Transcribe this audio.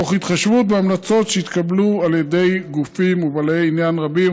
תוך התחשבות בהמלצות שהתקבלו על ידי גופים ובעלי עניין רבים,